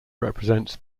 represent